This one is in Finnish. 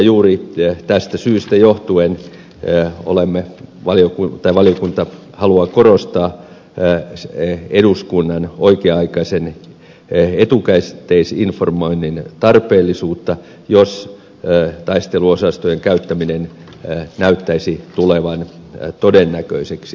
juuri tästä syystä johtuen valiokunta haluaa korostaa eduskunnan oikea aikaisen etukäteisinformoinnin tarpeellisuutta jos taisteluosastojen käyttäminen näyttäisi tulevan todennäköiseksi